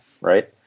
right